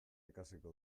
ikasiko